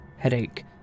Headache